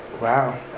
wow